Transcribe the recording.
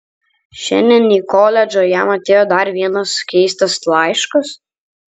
šiandien į koledžą jam atėjo dar vienas keistas laiškas